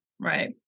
Right